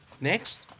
Next